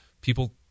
people